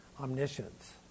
omniscience